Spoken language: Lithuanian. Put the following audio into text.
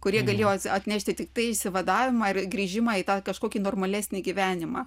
kurie galėjo atnešti tiktai išsivadavimą ir grįžimą į tą kažkokį normalesnį